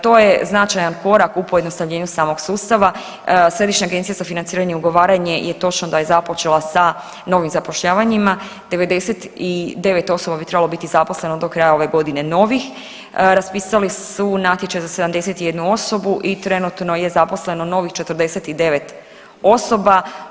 To je značaj korak u pojednostavljenju samog sustava, Središnja agencija za financiranje i ugovaranje je točno da je započela sa novim zapošljavanjima, 99 osoba bi trebalo biti zaposleno do kraja ove godine novih, raspisali su natječaj za 71 osobu i trenutno je zaposleno novih 49 osoba.